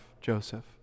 Joseph